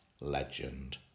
legend